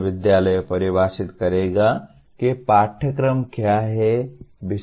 विश्वविद्यालय परिभाषित करेगा कि पाठ्यक्रम क्या है